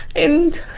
and